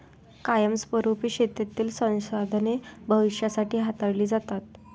कायमस्वरुपी शेतीतील संसाधने भविष्यासाठी हाताळली जातात